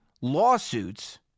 lawsuits